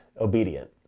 obedient